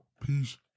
Peace